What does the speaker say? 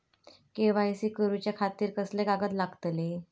KYC करूच्या खातिर कसले कागद लागतले?